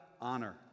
honor